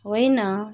होइन